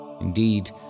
Indeed